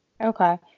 Okay